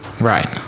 Right